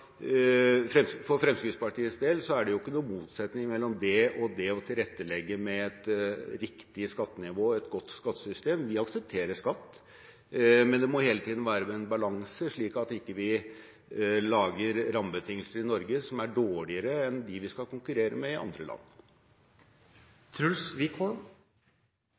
at for Fremskrittspartiets del er det ikke noen motsetning mellom det og det å tilrettelegge med et riktig skattenivå, et godt skattesystem. Vi aksepterer skatt, men det må hele tiden være en balanse, slik at vi ikke lager rammebetingelser i Norge som er dårligere enn det de har i land vi skal konkurrere med.